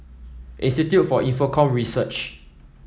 Institute for Infocomm Research